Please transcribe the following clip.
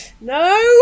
No